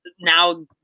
now